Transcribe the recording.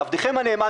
לעבדכם הנאמן,